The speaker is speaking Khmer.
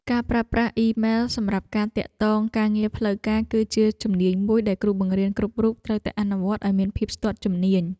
ការប្រើប្រាស់អ៊ីមែលសម្រាប់ការទាក់ទងការងារផ្លូវការគឺជាជំនាញមួយដែលគ្រូបង្រៀនគ្រប់រូបត្រូវតែអនុវត្តឱ្យមានភាពស្ទាត់ជំនាញ។